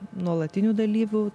nuolatinių dalyvių